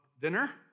dinner